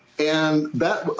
and that